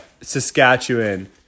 Saskatchewan